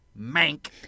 Mank